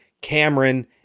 Cameron